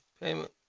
payment